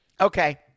Okay